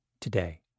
today